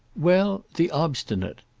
well the obstinate.